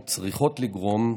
או צריכות לגרום,